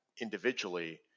individually